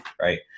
right